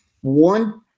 one